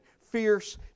fierce